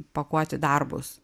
pakuoti darbus